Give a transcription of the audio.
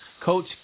Coach